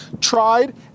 tried